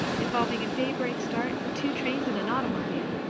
involving a daybreak start and two trains and an automobile.